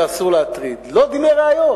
שאסור להטריד, לא דיני ראיות.